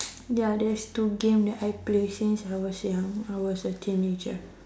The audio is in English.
ya there is two game that I play since I was young I was a teenager